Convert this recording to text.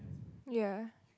ya